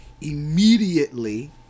Immediately